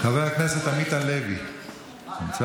חבר הכנסת עמית הלוי נמצא?